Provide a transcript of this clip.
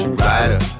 rider